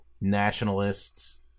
nationalists